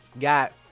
got